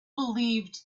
believed